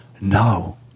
no